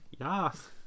Yes